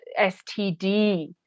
STD